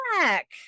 back